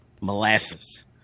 molasses